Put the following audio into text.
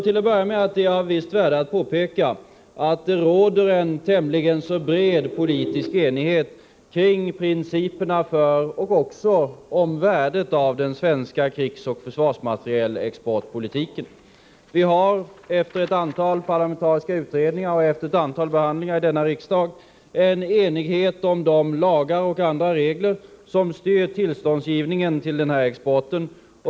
Det kan då vara av visst värde att påpeka att det råder en tämligen bred politisk enighet om principerna för och också om värdet av den svenska krigsoch försvarsmaterielexportpolitiken. Efter ett antal parlamentariska utredningar och ett antal behandlingar i riksdagen har vi uppnått enighet om de lagar och andra regler som styr tillståndsgivningen i samband med den här exporten.